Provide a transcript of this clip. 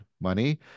money